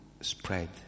spread